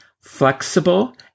flexible